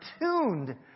tuned